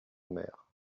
mère